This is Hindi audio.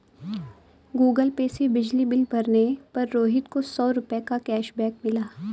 गूगल पे से बिजली बिल भरने पर रोहित को सौ रूपए का कैशबैक मिला